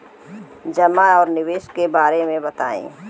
जमा और निवेश के बारे मे बतायी?